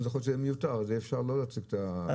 יכול להיות שזה יהיה מיותר ואפשר לא להציג את ההסתייגויות.